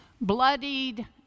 bloodied